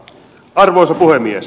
arvoisa puhemies